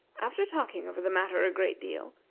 after talking over the matter a great deal,